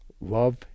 Love